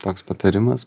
toks patarimas